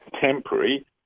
temporary